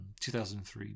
2003